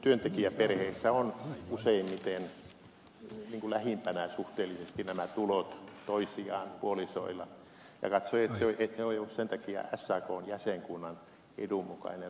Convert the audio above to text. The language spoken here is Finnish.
työntekijäperheissä on useimmiten niin kuin lähimpänä suhteellisesti nämä tulot toisiaan puolisoilla ja katsoi että se ei ollut sen takia sakn jäsenkunnan edun mukainen ratkaisu